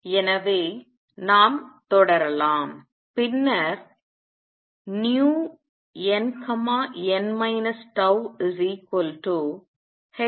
எனவே நாம் தொடரலாம் பின்னர் nn τh28mL21h2nτ 2 சரி